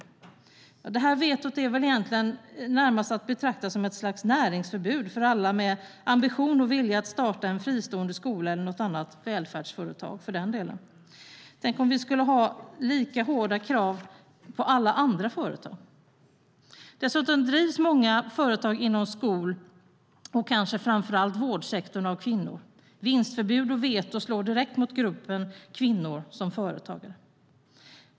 Detta veto är närmast att betrakta som ett slags näringsförbud för alla med ambition och vilja att starta en fristående skola, eller något annat välfärdsföretag för den delen. Tänk om vi skulle ha lika hårda krav på alla andra företag? Dessutom drivs många företag inom skol och, kanske framför allt, vårdsektorn av kvinnor. Vinstförbud och veto slår direkt mot gruppen kvinnor som företagare.